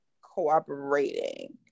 cooperating